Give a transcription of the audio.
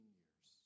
years